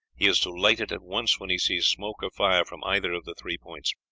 he is to light it at once when he sees smoke or fire from either of the three points.